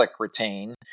ClickRetain